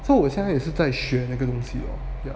so 我现在也是在学那个东西